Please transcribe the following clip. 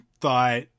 thought